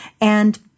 And-